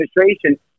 administration